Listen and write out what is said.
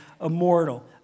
immortal